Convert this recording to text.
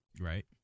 Right